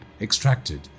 extracted